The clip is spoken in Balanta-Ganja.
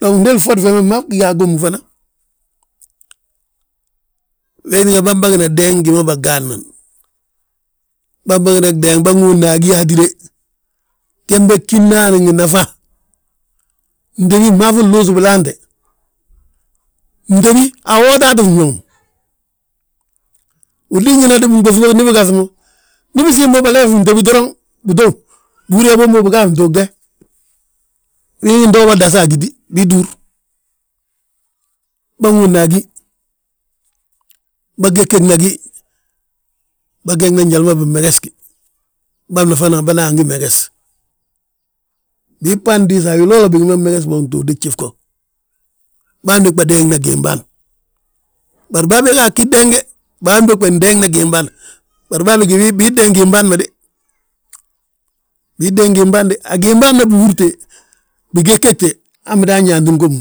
Dong fndéli ffodi fembe fmaa gyaa gommu fana. Wee tínga bân bagina deeŋ gi ma bâgaad nan, bân bagi nan gdeeŋ bâŋóodna a gí hatide. Gembe gí ndaani ngi nafa, fntébi fmaafi nluusi bilaante, fntébi awootaa tti fuuŋ, udin ñína biɓóŧi bogi ndi bigaŧ mo; Ndi bisiimu bileef fntébi doroŋ bitow bihúri yaa bombogi biga a fntuugde. Wee ntoo bà daasi agiti, bii ttúur, bâŋóodna a gí, bâgegena gí, bâgena njali ma bimeges gi, bân ma ana bâna gi meges; Bii bândiisi a wiloolo, bigi ma mmeges bo gtuugdi gjif go; Bân bogba deeŋna giimbâan, bari bàa beg ga deeŋ de, bâan bogba ndeeŋna gimbâan, bii ddeeŋ giim bâan ma de, agim bân bihúrte, bigegete, han bidan yaantin gommu.,